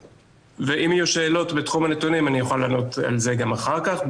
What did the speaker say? אם יהיו שאלות בתחום הנתונים אוכל לענות על זה גם אחר כך.